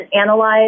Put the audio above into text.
analyze